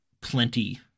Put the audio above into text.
plenty